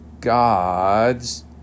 God's